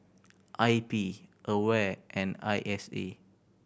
I P AWARE and I S A